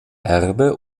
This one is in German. erbe